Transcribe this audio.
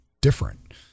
different